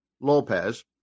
Lopez